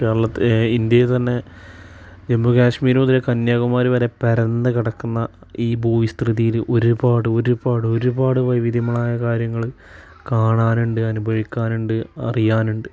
കേരളത്തിൽ ഇന്ത്യയിൽ തന്നെ ജമ്മു കാശ്മീർ മുതൽ കന്യാകുമാരി വരെ പരന്ന് കിടക്കുന്ന ഈ ഭൂവിസ്തൃതിയിൽ ഒരുപാടൊരുപാടൊരുപാട് വൈവിധ്യമുള്ളതായ കാര്യങ്ങൾ കാണാനുണ്ട് അനുഭവിക്കാനുണ്ട് അറിയാനുണ്ട്